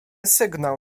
sygnał